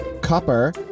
Copper